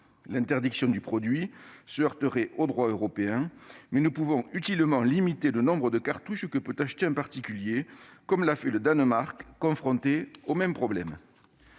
L'interdiction du produit se heurterait au droit européen, mais nous pouvons utilement limiter le nombre de cartouches que peut acheter un particulier, comme l'a fait le Danemark, confronté au même problème.